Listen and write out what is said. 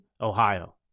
Ohio